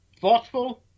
thoughtful